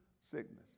sickness